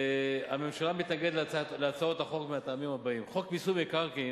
הממשלה מתנגדת להצעות החוק מהטעמים הבאים: חוק מיסוי מקרקעין